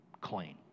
clean